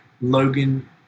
Logan